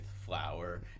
flour